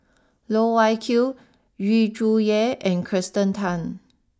Loh Wai Kiew Yu Zhuye and Kirsten Tan